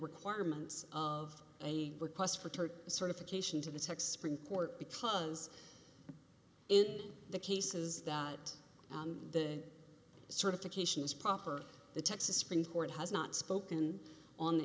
requirements of a request for turret certification to the texas supreme court because in the cases that the certification is proper the texas supreme court has not spoken on the